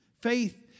Faith